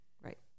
Right